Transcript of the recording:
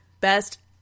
best